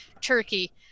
turkey